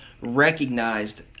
recognized